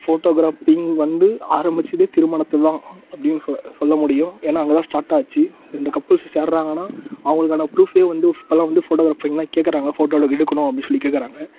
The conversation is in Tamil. ஃபோட்டோகிராப்பிங் வந்து ஆரமிச்சதே திருமணத்தில் தான் அப்படின்னு சொ சொல்ல முடியும் ஏன்னா அங்கே தான் ஸ்டார்ட் ஆச்சு ரெண்டு கப்பிள்ஸு சேர்றாங்கன்னா அவங்களுக்கான ப்ரூஃபே வந்து இப்போல்லாம் வந்து ஃபோட்டோகிராஃபிங் தான் கேட்கறாங்க ஃபோட்டோ எடுக் எடுக்கணும் அப்படி சொல்லி கேட்கறாங்க